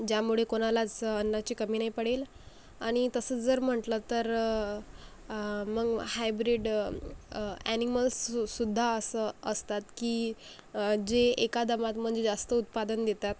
ज्यामुळे कोणालाच अन्नाची कमी नाही पडेल आणि तसं जर म्हटलं तर मग हायब्रीड ॲनिमल्ससुद्धा असं असतात की जे एका दमात म्हणजे जास्त उत्पादन देतात